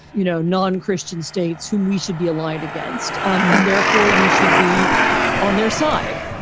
you know, non christian states whom we should be aligned against and therefore we should be on their side.